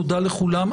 תודה לכולם,